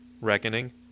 reckoning